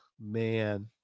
man